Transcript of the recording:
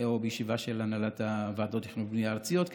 או בישיבה של הנהלת ועדות התכנון והבנייה הארציות,